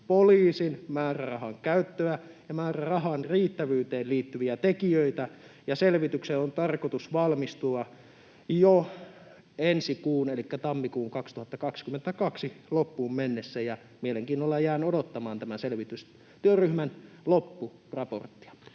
poliisin määrärahan käyttöä ja määrärahan riittävyyteen liittyviä tekijöitä. Selvityksen on tarkoitus valmistua jo ensi kuun, elikkä tammikuun 2022, loppuun mennessä. Mielenkiinnolla jään odottamaan tämän selvitystyöryhmän loppuraporttia.